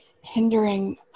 hindering